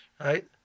right